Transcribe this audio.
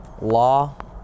Law